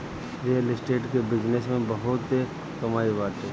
real estate के business में बहुते कमाई बाटे